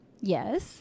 Yes